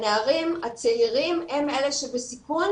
הנערים הצעירים הם אלה שבסיכון,